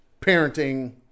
parenting